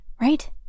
right